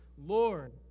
Lord